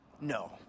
No